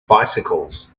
bicycles